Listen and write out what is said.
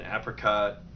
apricot